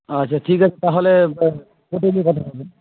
আচ্ছা ঠিক আছে তাহলে কোর্টে গিয়ে কথা হবে